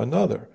another